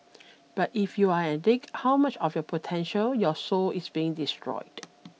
but if you're an addict how much of your potential your soul is being destroyed